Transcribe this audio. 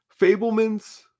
Fablemans